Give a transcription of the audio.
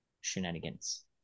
shenanigans